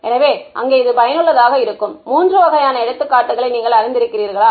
எனவே அங்கே இது பயனுள்ளதாக இருக்கும் மூன்று வகையான எடுத்துக்காட்டுகளை நீங்கள் அறிந்திருக்கிறீர்களா